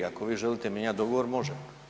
Ako vi želite mijenjati dogovor može.